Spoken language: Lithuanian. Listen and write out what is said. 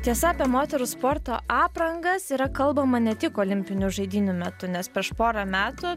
tiesa apie moterų sporto aprangas yra kalbama ne tik olimpinių žaidynių metu nes prieš porą metų